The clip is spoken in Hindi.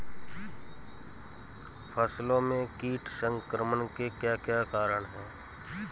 फसलों में कीट संक्रमण के क्या क्या कारण है?